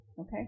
okay